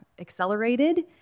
accelerated